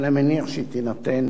אבל אני מניח שהיא תינתן